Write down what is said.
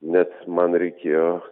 net man reikėjo